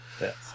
Yes